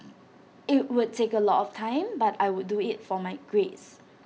IT would take A lot of time but I would do IT for my grades